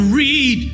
read